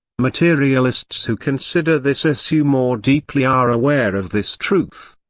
materialists who consider this issue more deeply are aware of this truth.